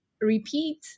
repeat